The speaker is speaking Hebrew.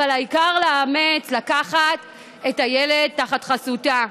העיקר לאמץ, לקחת את הילד תחת חסותה.